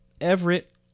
Everett